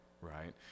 right